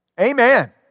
Amen